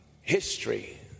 history